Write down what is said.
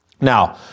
Now